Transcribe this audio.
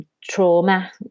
trauma